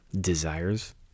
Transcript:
desires